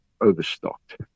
overstocked